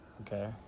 Okay